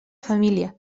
família